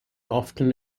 often